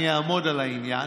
אני אעמוד על העניין,